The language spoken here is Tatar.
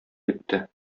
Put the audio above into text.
китте